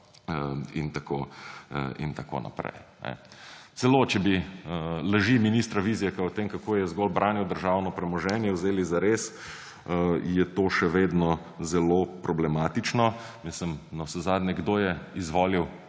in tako dalje. Celo če bi laži ministra Vizjaka o tem, kako je zgolj branil državno premoženje, vzeli zares, je to še vedno zelo problematično. Navsezadnje kdo je izvolil